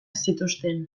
zituzten